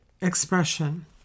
expression